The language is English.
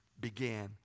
began